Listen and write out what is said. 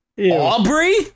Aubrey